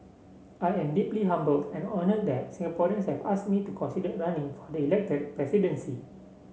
I am deeply humbled and honoured that Singaporeans have asked me to consider running for the elected presidency